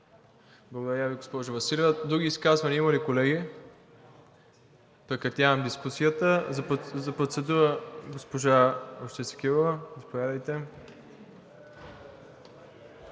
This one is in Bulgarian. Благодаря Ви, госпожо Василева. Други изказвания има ли, колеги? Прекратявам дискусията. За процедура – госпожа Росица Кирова. Заповядайте.